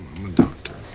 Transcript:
i'm a doctor.